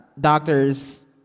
doctors